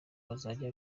bazajya